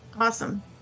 Awesome